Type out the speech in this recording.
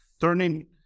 turning